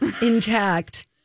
intact